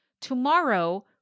tomorrow